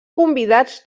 convidats